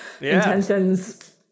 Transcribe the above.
intentions